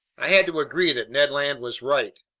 i had to agree that ned land was right,